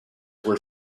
were